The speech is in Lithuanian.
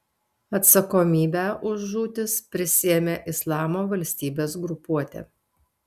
atsakomybę už žūtis prisiėmė islamo valstybės grupuotė